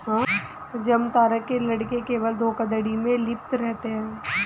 जामतारा के लड़के केवल धोखाधड़ी में लिप्त रहते हैं